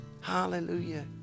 Hallelujah